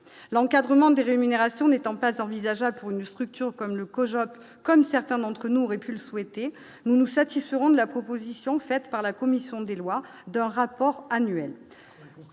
l'encadrement des rémunérations n'étant pas envisageable pour une structure comme le colloque comme certains d'entre nous répulsion été nous satisferont de la proposition faite par la commission des lois, d'un rapport annuel